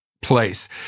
Place